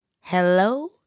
Hello